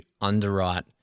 underwrite